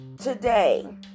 today